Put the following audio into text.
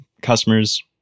customers